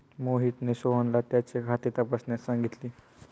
मोहितने सोहनला त्याचे खाते तपासण्यास सांगितले